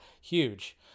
huge